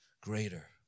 greater